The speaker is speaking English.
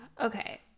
Okay